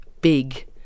big